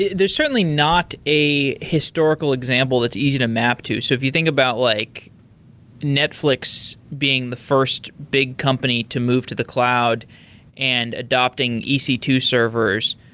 there's certainly not a historical example that's easy to map to. so if you think about like netflix being the first big company to move to the cloud and adapting e c two servers,